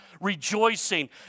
rejoicing